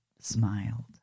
smiled